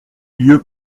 lieu